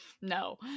No